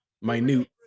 minute